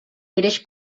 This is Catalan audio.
greix